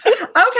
Okay